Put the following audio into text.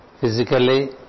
Physically